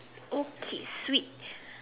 okay Switch